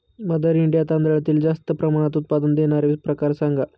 mother India तांदळातील जास्त प्रमाणात उत्पादन देणारे प्रकार सांगा